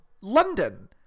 London